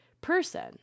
person